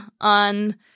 on